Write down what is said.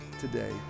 today